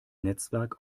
netzwerk